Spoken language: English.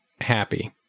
happy